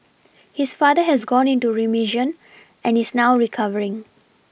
his father has gone into reMission and is now recovering